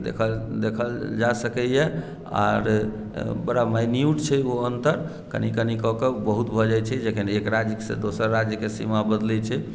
देखल जा सकैया आओर बड़ा मान्युट छै ओ अन्तर कनि कनि कऽ कऽ बहुत भऽ जाइ छै जखन एक राज्य सँ दोसर राज्य के सिमा बदलै छै